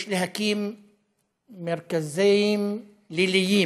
יש להקים מרכזים ליליים,